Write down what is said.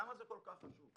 למה זה כל כך חשוב?